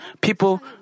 people